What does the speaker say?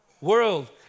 world